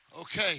Okay